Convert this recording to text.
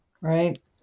right